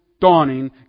dawning